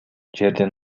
жердин